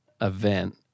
event